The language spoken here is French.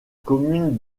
commune